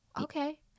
okay